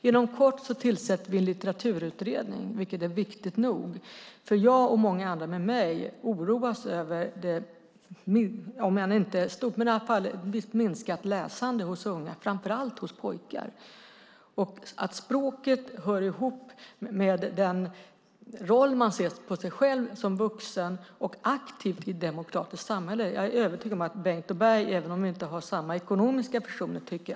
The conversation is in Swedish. Inom kort tillsätter vi en litteraturutredning, vilket är nog så viktigt. Jag och många med mig oroas över det minskande läsandet bland unga, framför allt bland pojkar. Språket hör ihop med den roll man ger sig själv som vuxen och aktiv i ett demokratiskt samhälle. Jag är övertygad om att Bengt Berg tycker att det är viktigt, även om vi inte har samma ekonomiska visioner.